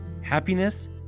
Happiness